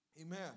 Amen